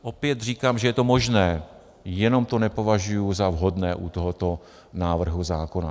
Opět říkám, že je to možné, jenom to nepovažuji za vhodné u tohoto návrhu zákona.